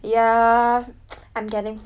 so it's time to go on a diet